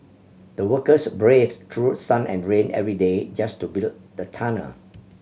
the workers braved through sun and rain every day just to build the tunnel